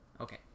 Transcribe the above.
okay